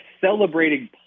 celebrating